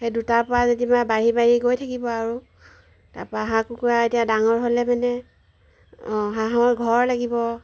সেই দুটাৰ পৰা যেতিয়া বাঢ়ি বাঢ়ি গৈ থাকিব আৰু তাৰপা হাঁহ কুকুৰা এতিয়া ডাঙৰ হ'লে মানে হাঁহৰ ঘৰ লাগিব